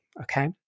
Okay